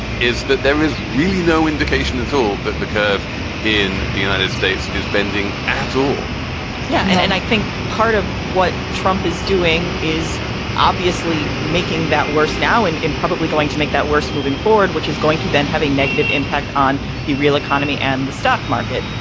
is that there is really no indication at all that the curve in the united states is bending at all yeah. and and i think part of what trump is doing is obviously making that worse now, and it's probably going to make that worse. moving forward, which is going to then have a negative impact on the real economy and the stock market,